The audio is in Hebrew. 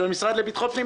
של המשרד לביטחון פנים.